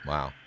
Wow